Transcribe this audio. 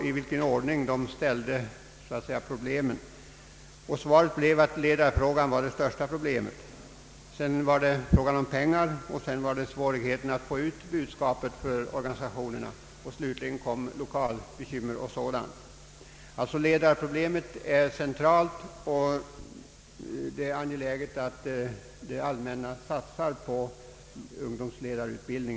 Svaret på enkäten blev att ledarfrågan var det största problemet. Därnäst kom frågan om pengar och sedan svårigheterna att få ut budskapet om organisationernas verksamhet. I sista hand kom lokalbekymmer och sådant, Ledarproblemet är alltså centralt, och det är angeläget att det allmänna satsar på ungdomsledarutbildning.